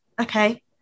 Okay